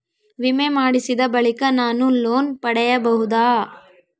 ವಿಮೆ ಮಾಡಿಸಿದ ಬಳಿಕ ನಾನು ಲೋನ್ ಪಡೆಯಬಹುದಾ?